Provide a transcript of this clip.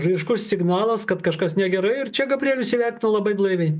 ryškus signalas kad kažkas negerai ir čia gabrielius įvertino labai blaiviai